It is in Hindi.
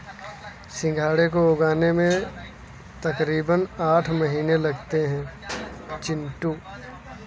सिंघाड़े को उगने में तकरीबन आठ महीने लगते हैं चिंटू